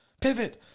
Pivot